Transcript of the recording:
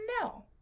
no